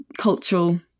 cultural